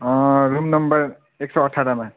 room number एक सौ अठारमा